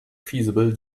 feasible